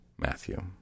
Matthew